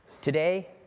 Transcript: Today